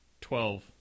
twelve